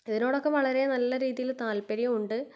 ഇതിനോടൊക്കെ വളരെ നല്ല രീതിയിൽ താല്പര്യമുണ്ട്